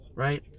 Right